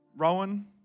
Rowan